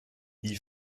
die